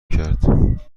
کرد